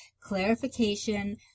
clarification